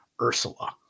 Ursula